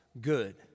good